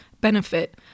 benefit